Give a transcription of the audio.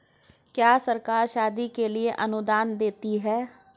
क्या सरकार शादी के लिए अनुदान देती है?